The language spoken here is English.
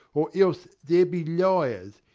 or else there be liars.